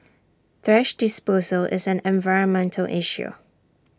thrash disposal is an environmental issue